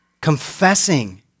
confessing